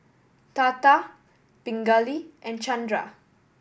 Tata Pingali and Chandra